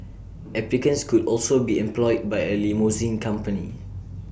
applicants could also be employed by A limousine company